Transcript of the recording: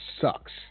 sucks